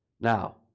Now